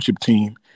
team